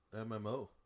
MMO